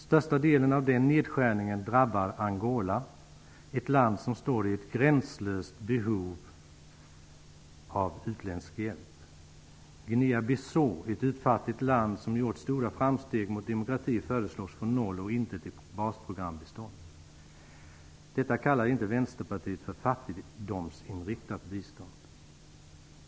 Största delen av den nedskärningen drabbar Angola -- ett land som står i ett gränslöst behov av utländsk hjälp. Guinea Bissau -- ett utfattigt land som gjort stora framsteg mot demokrati -- föreslås få noll och intet i basprogrambistånd. Detta kallar inte Vänsterpartiet för fattigdomsinriktat bistånd.